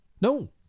No